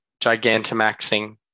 Gigantamaxing